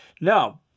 no